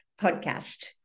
podcast